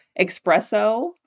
espresso